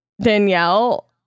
Danielle